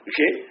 Okay